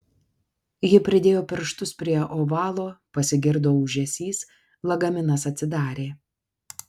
ji pridėjo pirštus prie ovalo pasigirdo ūžesys lagaminas atsidarė